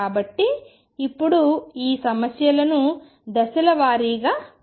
కాబట్టి ఇప్పుడు ఈ సమస్యలను దశలవారీగా పరిశీలిద్దాం